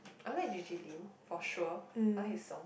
I like J_J-Lin for sure I like his songs